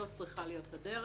זו צריכה להיות הדרך,